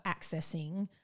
accessing